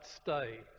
stay